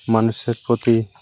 মানুষের প্রতি